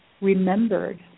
remembered